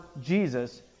Jesus